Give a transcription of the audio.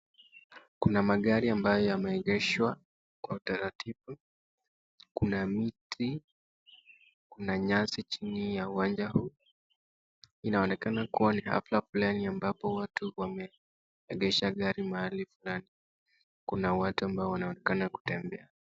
Kuna magari ambayo yameegeshwa kwa utaratibu. Kuna miti, kuna nyasi chini ya uwanja huu. Inaonekana kuwa ni open plain ambapo watu wameegesha gari mahali fulani. Kuna watu ambao wanaonekana kutembea.